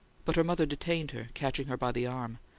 but her mother detained her, catching her by the arm.